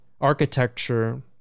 architecture